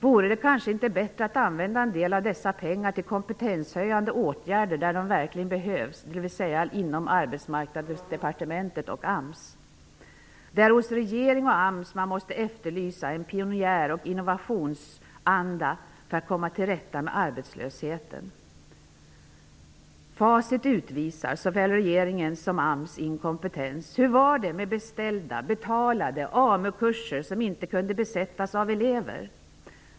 Vore det inte bättre att använda en del av dessa pengar till kompetenshöjande åtgärder där de verkligen behövs, dvs. inom Arbetsmarknadsdepartementet och AMS? Det är hos regering och AMS man måste efterlysa en pionjär och innovationsanda för att komma till rätta med arbetslösheten. Facit utvisar såväl regeringens som AMS inkompetens. Hur var det med beställda, betalade AMU-kurser, som inte kunde besättas av elever?